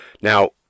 Now